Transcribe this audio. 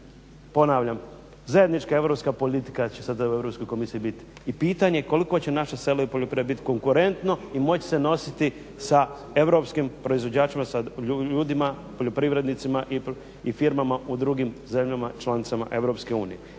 ponavljam zajednička europska politika će sada u Europskoj komisiji biti i pitanje koliko će naše selo i poljoprivreda biti konkurentno i moć se nositi sa europskim proizvođačima, sa ljudima, poljoprivrednicima i firmama u drugim zemljama članicama EU a